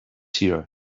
here